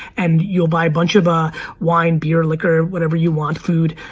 and you'll buy a bunch of ah wine, beer, liquor, whatever you want, food.